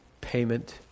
payment